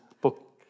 book